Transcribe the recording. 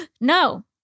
no